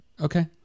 okay